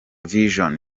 vision